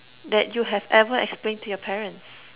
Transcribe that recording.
that you have ever explained to your parents